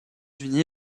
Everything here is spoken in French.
unis